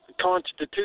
Constitution